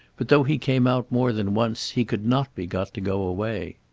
but though he came out more than once he could not be got to go away.